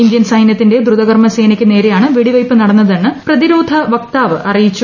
Indian സൈന്യത്തിന്റെ ദ്രുത കർമസേനയ്ക്കു നേരെയാണ് വെടിവയ്പ്പ് നടന്നതെന്ന് പ്രതിരോധ വക്താവ് അറിയിച്ചു